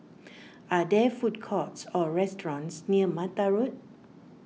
are there food courts or restaurants near Mata Road